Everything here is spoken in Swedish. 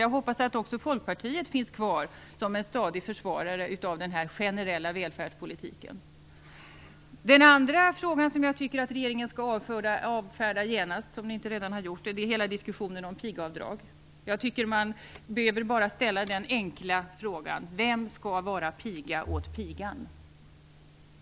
Jag hoppas att också Folkpartiet finns kvar som en stadig försvarare av denna generella välfärdspolitik. Den andra fråga som jag tycker att regeringen skall avfärda genast, om den inte redan har gjort det, är hela diskussionen om pigavdrag. Man behöver bara ställa den enkla frågan vem som skall vara piga åt pigan.